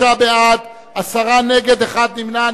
83 בעד, עשרה נגד, אחד נמנע.